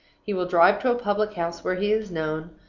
he will drive to a public-house where he is known,